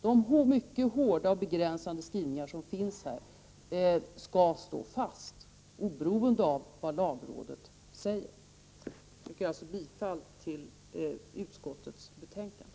De mycket hårda och begränsade skrivningar som finns i betänkandet skall stå fast oberoende av vad lagrådet säger. Jag yrkar bifall till utskottets hemställan.